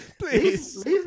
please